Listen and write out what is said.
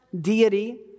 deity